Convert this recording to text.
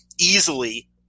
easily